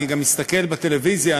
אני גם מסתכל בטלוויזיה,